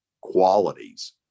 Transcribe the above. qualities